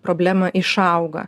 problemą išauga